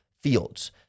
Fields